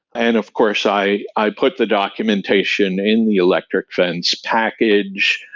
and of course, i i put the documentation in the electric fence package.